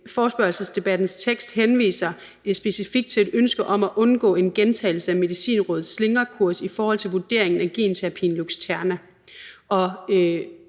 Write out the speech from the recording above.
Forespørgselsdebattens tekst henviser jo specifikt til et ønske om at undgå en gentagelse af Medicinrådets slingrekurs i forhold til vurderingen af genterapien Luxterna.